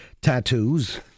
tattoos